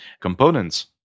components